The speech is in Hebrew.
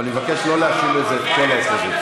אבל אני מבקש לא להאשים בזה את כל האופוזיציה.